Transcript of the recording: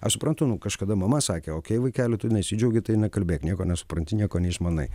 aš suprantu nu kažkada mama sakė okei vaikeli tu nesidžiaugi tai nekalbėk nieko nesupranti nieko neišmanai